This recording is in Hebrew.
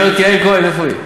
הגברת יעל כהן, איפה היא?